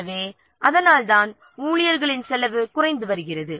எனவே அதனால்தான் ஊழியர்களின் செலவு குறைந்து வருகிறது